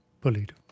bullied